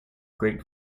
great